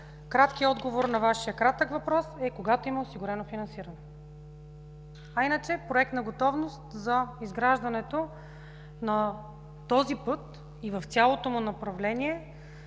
Краткият отговор на Вашия кратък въпрос е: когато има осигурено финансиране. А иначе проектна готовност за изграждането на този път и в цялото му направление,